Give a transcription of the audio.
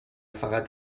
فقط